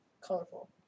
Colorful